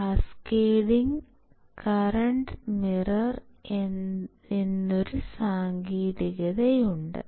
cascading current mirror എന്നൊരു സാങ്കേതികതയുണ്ട്